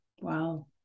Wow